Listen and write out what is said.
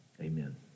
amen